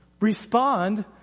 Respond